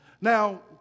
Now